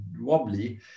wobbly